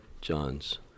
John's